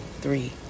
three